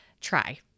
try